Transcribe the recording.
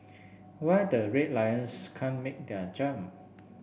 why the Red Lions can't make their jump